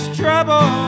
trouble